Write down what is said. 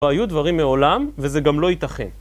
והיו דברים מעולם, וזה גם לא ייתכן.